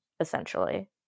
essentially